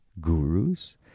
gurus